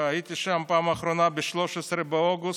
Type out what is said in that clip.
הייתי שם בפעם האחרונה ב-13 באוגוסט,